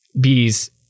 bees